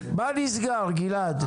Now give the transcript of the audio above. מה נסגר, גלעד?